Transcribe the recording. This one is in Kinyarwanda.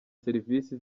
serivisi